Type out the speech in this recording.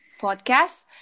podcast